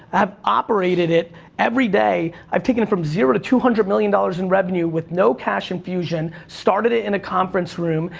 have operated it every day, i've taken it from zero to two hundred million dollars in revenue with no cash infusion, started it in a conference room,